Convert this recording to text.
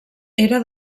era